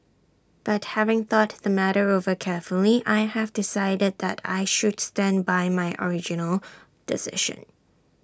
but having thought the matter over carefully I have decided that I should stand by my original decision